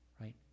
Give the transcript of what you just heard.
right